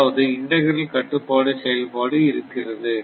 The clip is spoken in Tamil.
அதாவது இண்டகிரல் கட்டுப்பாடு செயல்பாடு இருக்கிறது